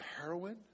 heroin